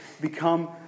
become